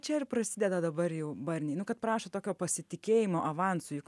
čia ir prasideda dabar jau barniai nu kad prašo tokio pasitikėjimo avansu juk